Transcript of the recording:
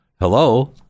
hello